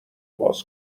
باز